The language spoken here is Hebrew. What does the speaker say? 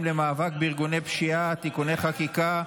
למאבק בארגוני פשיעה (תיקוני חקיקה),